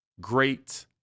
great